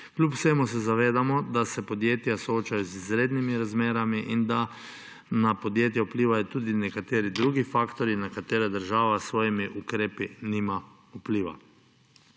Kljub vsemu se zavedamo, da se podjetja soočajo z izrednimi razmerami in da na podjetja vplivajo tudi nekateri drugi faktorji, na katere država s svojimi ukrepi nima vpliva.